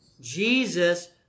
Jesus